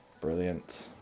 Brilliant